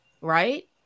right